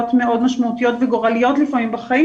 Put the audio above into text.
מאוד משמעותיות וגורליות לפעמים בחיים,